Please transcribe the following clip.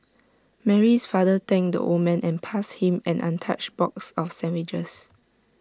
Mary's father thanked the old man and passed him an untouched box of sandwiches